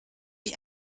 ich